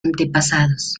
antepasados